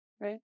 Right